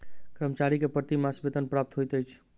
कर्मचारी के प्रति मास वेतन प्राप्त होइत अछि